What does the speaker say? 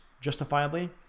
justifiably